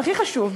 והכי חשוב,